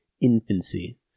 infancy